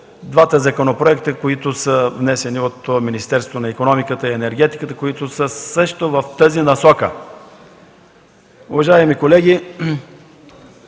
двата законопроекта, внесени от Министерството на икономиката и енергетиката, които също са в тази насока. Уважаеми колеги,